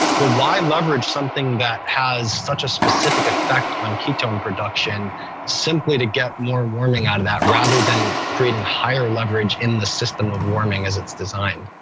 why leverage something that has such a specific effect on ketone production simply to get more warming out of that rather than creating higher leverage in the system of warming as it's designed?